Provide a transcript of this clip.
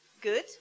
Good